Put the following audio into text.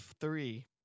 three